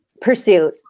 pursuit